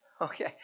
Okay